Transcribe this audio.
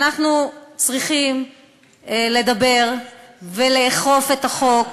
אנחנו צריכים לדבר ולאכוף את החוק,